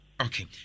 Okay